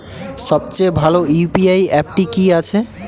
সবচেয়ে ভালো ইউ.পি.আই অ্যাপটি কি আছে?